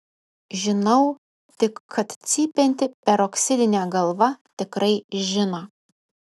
žinau tik kad cypianti peroksidinė galva tikrai žino